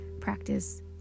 practice